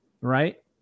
Right